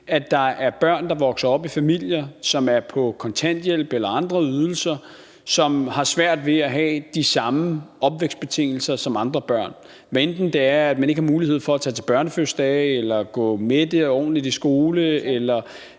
at der er børn, der vokser op i familier, som er på kontanthjælp eller andre ydelser, og som har svært ved at have de samme opvækstbetingelser som andre børn – hvad enten det er, at man ikke har mulighed for at tage til børnefødselsdag eller at gå ordentlig mætte i skole, eller